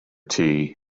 tea